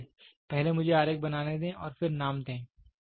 इसलिए पहले मुझे आरेख बनाने दें और फिर नाम दें